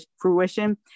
fruition